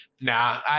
Nah